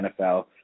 NFL